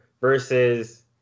versus